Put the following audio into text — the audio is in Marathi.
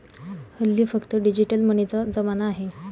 हल्ली फक्त डिजिटल मनीचा जमाना आहे